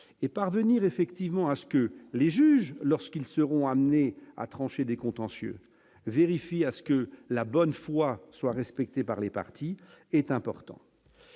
et parvenir effectivement à ce que les juges lorsqu'ils seront amenés à trancher des contentieux vérifie à ce que la bonne foi soit respectée par les parties est important,